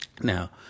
Now